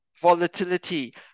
volatility